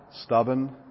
stubborn